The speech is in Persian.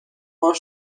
بار